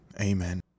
Amen